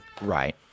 Right